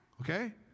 okay